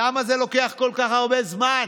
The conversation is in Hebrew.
למה זה לוקח כל כך הרבה זמן?